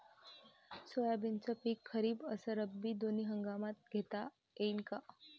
सोयाबीनचं पिक खरीप अस रब्बी दोनी हंगामात घेता येईन का?